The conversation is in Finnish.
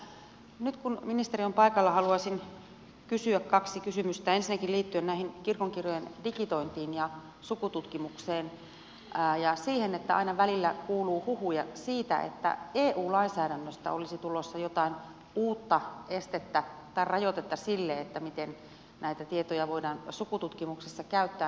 mutta nyt kun ministeri on paikalla haluaisin kysyä kaksi kysymystä ensinnäkin liittyen kirkonkirjojen digitointiin ja sukututkimukseen ja siihen että aina välillä kuuluu huhuja siitä että eu lainsäädännöstä olisi tulossa jotain uutta estettä tai rajoitetta sille miten näitä tietoja voidaan sukututkimuksessa käyttää